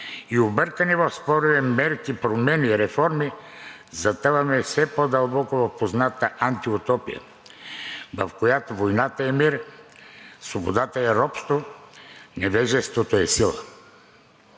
И объркани в спорове, мерки, промени, реформи, затъваме все по-дълбоко в познатата антиутопия, в която войната е мир, свободата е робство, невежеството е сила.